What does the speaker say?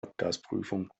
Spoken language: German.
abgasprüfung